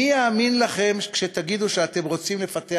מי יאמין לכם כשתגידו שאתם רוצים לפתח